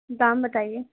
دام بتائیے